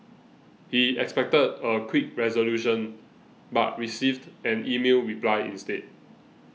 he expected a quick resolution but received an email reply instead